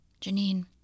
Janine